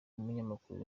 n’umunyamakuru